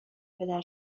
پدر